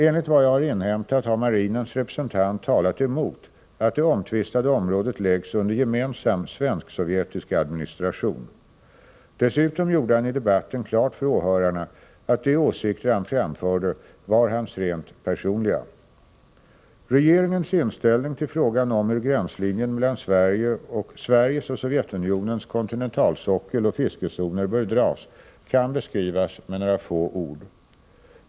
Enligt vad jag har inhämtat, har marinens representant talat emot att det omtvistade området läggs under gemensam svensk-sovjetisk administration. Dessutom gjorde han i debatten klart för åhörarna att de åsikter han framförde var hans rent personliga. Regeringens inställning till frågan om hur gränslinjen mellan Sveriges och Sovjetunionens kontinentalsockel och fiskezoner bör dras kan beskrivas med några få ord.